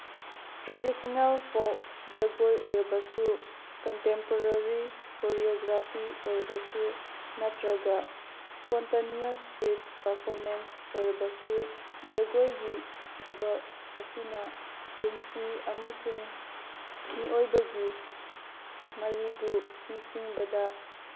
traditional folk ꯖꯒꯣꯏ ꯑꯣꯏꯔꯕꯁꯨ contemporary choreography ꯑꯣꯏꯔꯕꯁꯨ ꯅꯠꯇ꯭ꯔꯒ ꯏꯁꯄꯣꯟꯇꯦꯅꯤꯌꯣꯁ ꯔꯤꯠ ꯄꯔꯐꯣꯃꯦꯟꯁ ꯑꯣꯏꯔꯕꯁꯨ ꯖꯒꯣꯏꯒꯤ ꯊꯕꯛ ꯑꯁꯤꯅ ꯄꯨꯟꯁꯤ ꯑꯃꯁꯨꯡ ꯃꯤꯑꯣꯏꯕꯒꯤ ꯃꯔꯤꯕꯨ ꯅꯤꯡꯁꯤꯡꯕꯗ